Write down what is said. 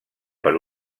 per